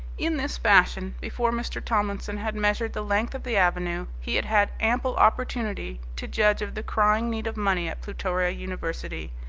in this fashion, before mr. tomlinson had measured the length of the avenue, he had had ample opportunity to judge of the crying need of money at plutoria university,